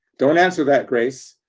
don't answer that, grace,